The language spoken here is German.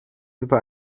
über